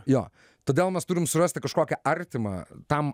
jo todėl mes turim surasti kažkokią artimą tam